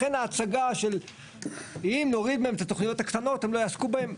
לכן ההצגה של אם נוריד מהם את התוכניות הקטנות הם לא יעסקו בהן.